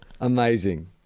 Amazing